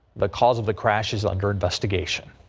the cause of the crash is under investigation.